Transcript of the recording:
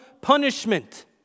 punishment